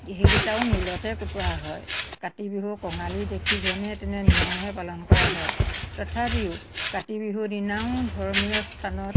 সেইকেইটাও মিলতহে কুটোৱা হয় কাতি বিহু কঙালী দেখি যেনে তেনে নিয়মহে পালন কৰা হয় তথাপিও কাতি বিহু দিনাও ধৰ্মীয় স্থানত